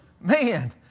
Man